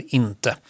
inte